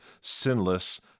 sinless